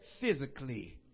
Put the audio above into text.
physically